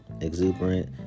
exuberant